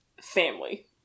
family